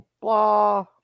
blah